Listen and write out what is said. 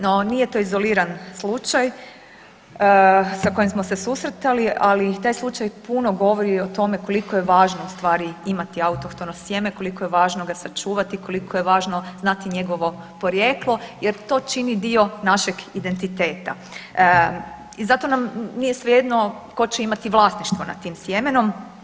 No, nije to izoliran slučaj sa kojim smo se susretali, ali taj slučaj puno govori o tome koliko je važno ustvari imati autohtono sjeme, koliko je važno ga sačuvati, koliko je važno znati njegovo porijeklo jer to čiji dio našeg identiteta i zato nam nije svejedno tko će imati vlasništvo nad tim sjemenom.